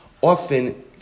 often